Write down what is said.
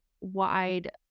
wide